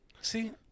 See